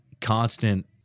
constant